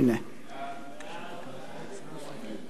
הגירעון והגבלת ההוצאה התקציבית (תיקון מס' 12) (שינוי תוואי